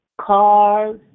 cars